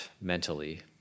mentally